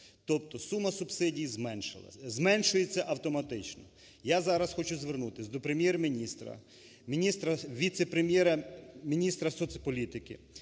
тобто сума субсидій зменшується автоматично. Я зараз хочу звернутись до Прем'єр-міністра, віце-прем'єра-міністра соцполітики